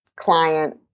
client